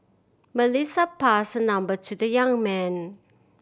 Melissa passed her number to the young man